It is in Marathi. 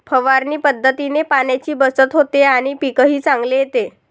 फवारणी पद्धतीने पाण्याची बचत होते आणि पीकही चांगले येते